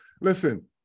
listen